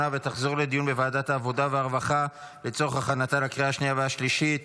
לוועדת העבודה, הרווחה והבריאות נתקבלה.